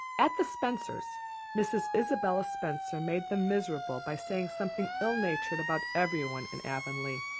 at the spencers' mrs. isabella spencer made them miserable by saying something ill-natured about everyone in avonlea.